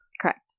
Correct